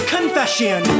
Confession